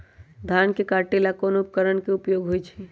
धान के काटे का ला कोंन उपकरण के उपयोग होइ छइ?